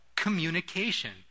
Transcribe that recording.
communication